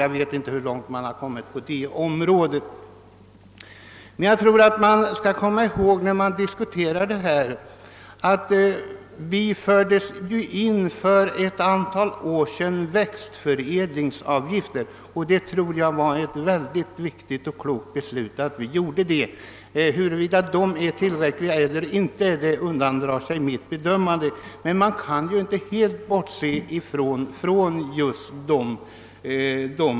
Jag vet inte hur långt man där har kommit på det området. Jag tror att man skall komma ihåg, när man diskuterar detta, att vi för ett antal år sedan införde växtförädlingsavgifter. Det tror jag var ett riktigt och klokt beslut. Huruvida dessa avgifter är tillräckliga eller inte undandrar sig mitt bedömande. Men man kan ju inte helt bortse från dem.